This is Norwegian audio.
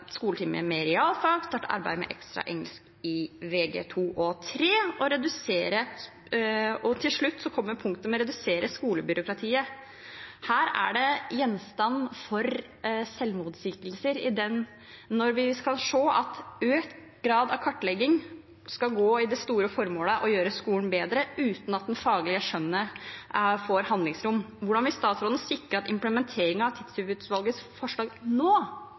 engelsk i Vg2 og Vg3 redusere skolebyråkratiet Her er det selvmotsigelser når vi kan se at økt grad av kartlegging skal gå til det store formålet å gjøre skolen bedre, uten at det faglige skjønnet får handlingsrom. Hvordan vil statsråden sikre at implementeringen av Tidstyvutvalgets forslag nå